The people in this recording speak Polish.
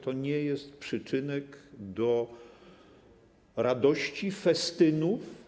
To nie jest przyczynek do radości, festynów.